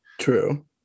true